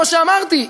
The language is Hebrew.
כמו שאמרתי,